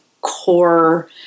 core